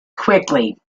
quickly